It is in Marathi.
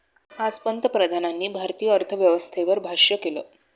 आज पंतप्रधानांनी भारतीय अर्थव्यवस्थेवर भाष्य केलं